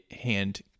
hand